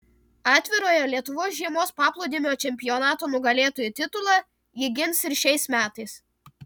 atvirojo lietuvos žiemos paplūdimio čempionato nugalėtojų titulą ji gins ir šiais metais